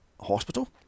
Hospital